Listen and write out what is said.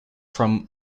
from